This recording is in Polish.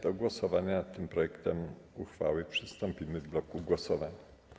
Do głosowania nad tym projektem uchwały przystąpimy w bloku głosowań.